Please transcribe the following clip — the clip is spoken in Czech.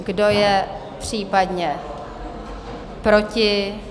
Kdo je případně proti?